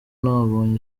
ntabonye